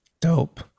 dope